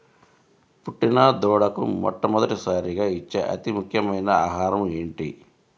పుట్టిన దూడకు మొట్టమొదటిసారిగా ఇచ్చే అతి ముఖ్యమైన ఆహారము ఏంటి?